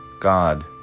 God